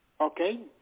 Okay